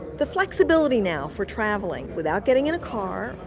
the flexibility now for traveling without getting in a car,